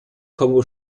kongo